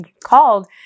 called